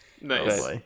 nice